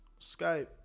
Skype